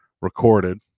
recorded